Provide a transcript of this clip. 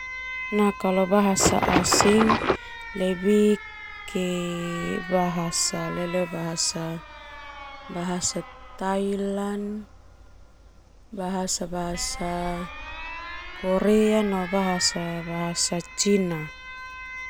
Kalo bahasa asing lebih leo bahasa Thailand, bahasa-bahasa Korea no bahasa Cina.